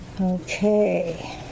Okay